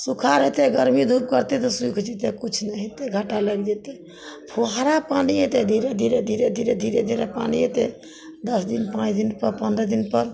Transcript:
सूखा रहतै गरमी धूप करतै तऽ सूखि जेतै किछु नहि हेतै घाटा लागि जेतै फुहारा पानि एतय धीरे धीरे धीरे धीरे पानि अयतै दस दिन पाँच दिन पर पंद्रह दिन पर